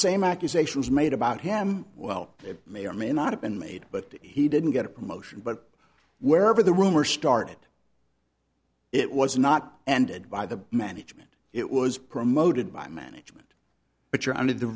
same accusation was made about him well it may or may not have been made but he didn't get a promotion but wherever the rumor started it was not ended by the management it was promoted by management which are